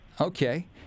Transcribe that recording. Okay